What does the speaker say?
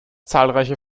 zahlreicher